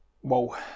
Whoa